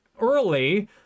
early